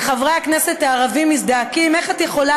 וחברי הכנסת הערבים מזדעקים: איך את יכולה